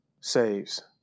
saves